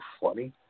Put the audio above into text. funny